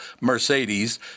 Mercedes